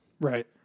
Right